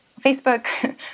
Facebook